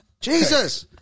Jesus